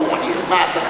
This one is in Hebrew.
ברוך יהיה.